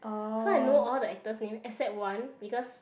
so I know all the actors name except one because